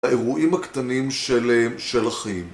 האירועים הקטנים של החיים